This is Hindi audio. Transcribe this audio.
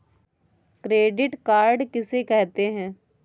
क्रेडिट कार्ड किसे कहते हैं?